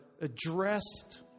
addressed